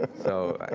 so,